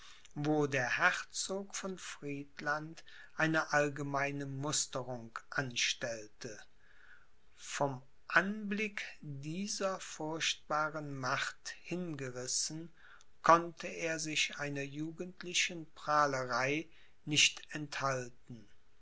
wo der herzog von friedland eine allgemeine musterung anstellte vom anblick dieser furchtbaren macht hingerissen konnte er sich einer jugendlichen prahlerei nicht enthalten